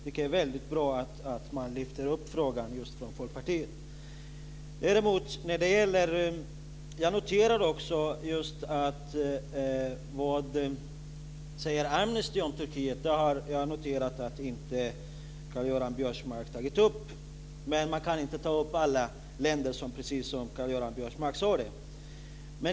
Det är väldigt bra att man från Folkpartiet lyfter upp den frågan. Jag noterade också att vad Amnesty säger om Turkiet har inte Karl-Göran Biörsmark tagit upp. Men man kan inte ta upp alla länder, precis som han sade.